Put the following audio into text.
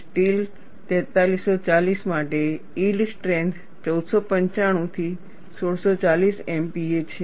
steel 4340 માટે yield strength 1495 થી 1640 MPa છે